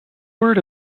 word